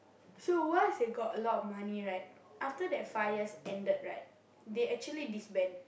so once they got a lot of money right after that five years ended right they actually disband